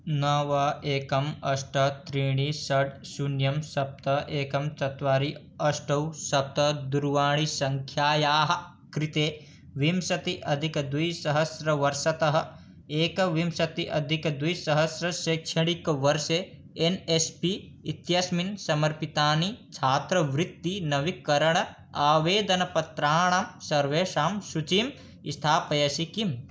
नव एकम् अष्ट त्रीणि षड् शून्यं सप्त एकं चत्वारि अष्ट सप्त दूरवाणीसङ्ख्यायाः कृते विंशतिः अधिकद्विसहस्रतमवर्षतः एकविंशतिः अधिकद्विसहस्रतमसैक्षणिकवर्षे एन् एस् पि इत्यस्मि् समर्पितानि छात्रवृत्तिनवीकरण आवेदनपत्राणि सर्वेषां सूचीं स्थापयसि किम्